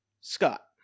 Scott